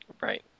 Right